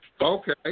Okay